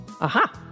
Aha